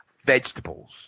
vegetables